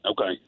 Okay